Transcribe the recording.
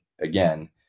again